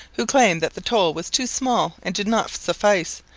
who claimed that the toll was too small and did not suffice,